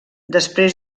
després